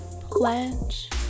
pledge